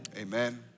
Amen